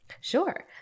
Sure